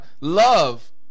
Love